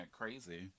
crazy